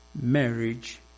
marriage